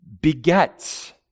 begets